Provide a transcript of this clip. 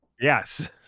Yes